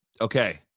Okay